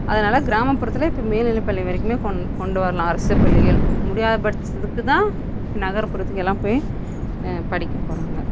அதனால கிராமப்புறத்தில் இப்போ மேல்நிலை பள்ளி வரைக்குமே கொண் கொண்டு வரலாம் அரசு பள்ளிகள் முடியாத பட்சத்துக்குதான் நகர்ப்புறத்துக்கு எல்லாம் போய் படிக்க போகிறாங்க